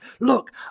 Look